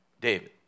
David